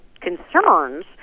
concerns